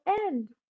end